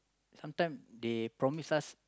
sometime they promise us